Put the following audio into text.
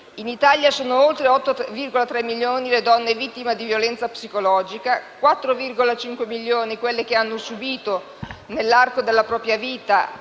In Italia sono oltre 8,3 milioni le donne vittime di violenza psicologica; 4,5 milioni quelle che hanno subìto, nell'arco della propria vita,